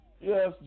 Yes